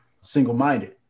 single-minded